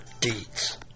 deeds